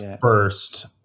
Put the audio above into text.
first